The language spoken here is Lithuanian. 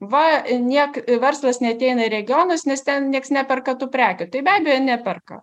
va niek verslas neateina į regionus nes ten nieks neperka tų prekių tai be abejo neperka